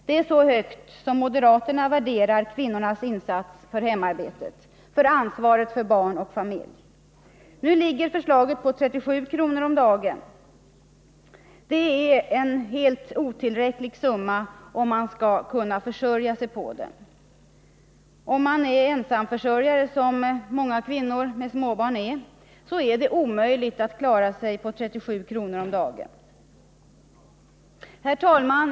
Det är så högt moderaterna värderar kvinnornas insats för hemarbetet, för ansvaret för barn och familj. Nu ligger förslaget på 37 kr. om dagen. Det är en helt otillräcklig summa, om man skall försöka försörja sig på den. Om man är ensamförsörjare — som många kvinnor med små barn är — är det omöjligt att klara sig på 37 kr. om dagen. Herr talman!